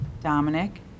Dominic